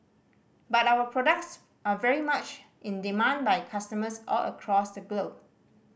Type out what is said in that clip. but our products are very much in demand by customers all across the globe